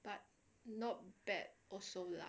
but not bad also lah